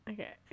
Okay